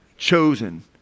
chosen